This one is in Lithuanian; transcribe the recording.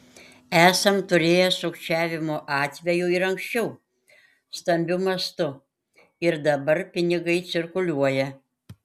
esam turėję sukčiavimo atvejų ir anksčiau stambiu mastu ir dabar pinigai cirkuliuoja